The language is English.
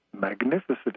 magnificent